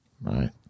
Right